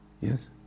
yes